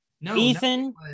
Ethan